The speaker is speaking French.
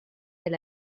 elle